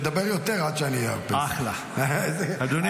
אדוני